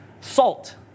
Salt